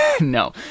No